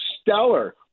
stellar